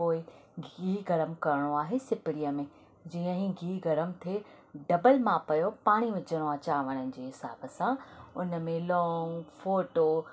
पोइ गीहु गरम करिणो आहे सिपरीअ में जीअं ई गीहु गरम थिए डबल माप इहो पाणी विझिणो आहे चांवर जे हिसाब सां उन मे लौंग फ़ोटो